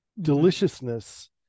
deliciousness